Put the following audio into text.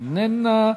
אינה נוכחת.